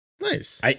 Nice